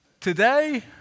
Today